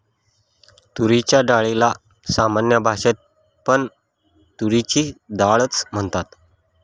तुरीच्या डाळीला सामान्य भाषेत पण तुरीची डाळ च म्हणतात